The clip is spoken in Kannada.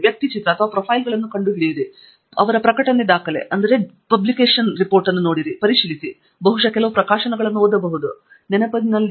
ವ್ಯಕ್ತಿಚಿತ್ರ ಗಳನ್ನು ಕಂಡುಹಿಡಿಯಿರಿ ಪ್ರಕಟಣೆ ದಾಖಲೆಯನ್ನು ಪರಿಶೀಲಿಸಿ ಬಹುಶಃ ಕೆಲವು ಪ್ರಕಾಶನಗಳನ್ನು ಓದಬಹುದು ಮತ್ತು ಇತ್ಯಾದಿ